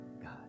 God